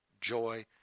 joy